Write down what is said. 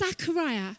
Zechariah